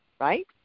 right